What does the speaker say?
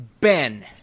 Ben